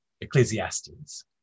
Ecclesiastes